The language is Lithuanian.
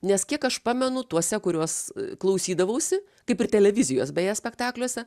nes kiek aš pamenu tuose kuriuos klausydavausi kaip ir televizijos beje spektakliuose